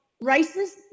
races